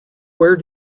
where